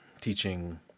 teaching